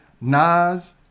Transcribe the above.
Nas